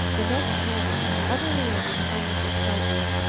the next moment, utterly overcome with excitement,